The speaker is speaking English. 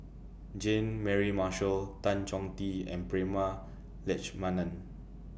Jean Mary Marshall Tan Chong Tee and Prema Letchumanan